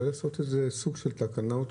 אולי לעשות סוג של תקנות,